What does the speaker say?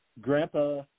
Grandpa –